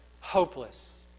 hopeless